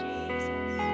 Jesus